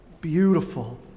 beautiful